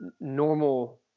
normal